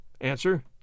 Answer